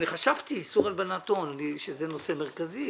חשבתי שאיסור הלבנת הון זה נושא מרכזי,